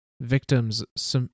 victims